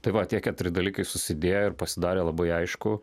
tai va tie keturi dalykai susidėjo ir pasidarė labai aišku